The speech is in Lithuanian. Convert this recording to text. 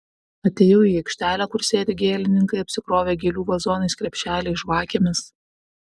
atėjau į aikštelę kur sėdi gėlininkai apsikrovę gėlių vazonais krepšeliais žvakėmis